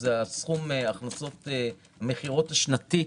שזה סכום המכירות השנתי,